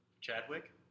Chadwick